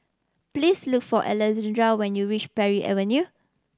please look for Alexandra when you reach Parry Avenue